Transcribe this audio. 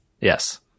Yes